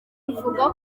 ivuga